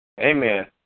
Amen